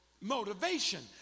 motivation